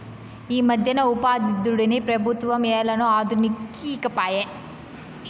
ఈమధ్యన ఉపాధిదుడ్డుని పెబుత్వం ఏలనో అదనుకి ఈకపాయే